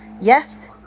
yes